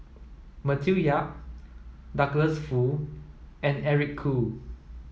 Matthew Yap Douglas Foo and Eric Khoo